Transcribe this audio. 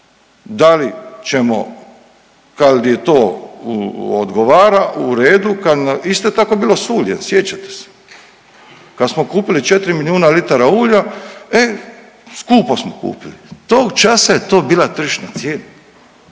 da li ćemo kada je to odgovara u redu. Kada nam, isto tako je bilo s uljem sjećate se kada smo kupili 4 milijuna litara ulja e skupo smo kupili. Tog časa je to bila tržišna cijena,